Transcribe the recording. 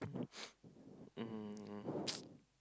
um um